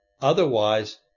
Otherwise